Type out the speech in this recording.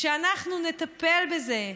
שאנחנו נטפל בזה,